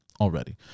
already